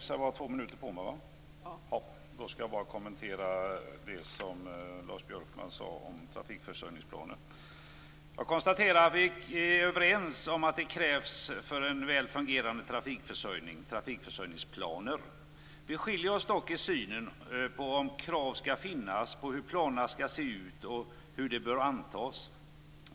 Fru talman! Jag konstaterar att Lars Björkman och jag är överens om att det för en väl fungerande trafikförsörjning krävs trafikförsörjningsplaner. Vi skiljer oss dock i synen på om krav skall finnas på hur planerna skall se ut och hur de bör antas.